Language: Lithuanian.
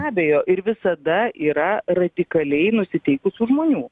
abejo ir visada yra radikaliai nusiteikusių žmonių